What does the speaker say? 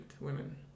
women